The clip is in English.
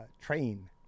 train